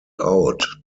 out